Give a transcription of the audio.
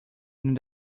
nous